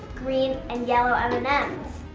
green, and yellow m and and